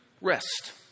rest